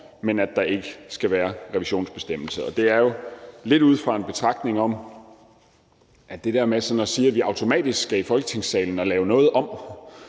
men at der ikke skal være revisionsbestemmelser. Det er jo lidt ud fra en betragtning, der handler om det med sådan at sige, at vi automatisk skal i Folketingssalen for at lave noget om.